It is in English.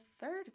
third